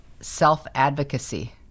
self-advocacy